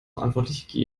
verantwortliche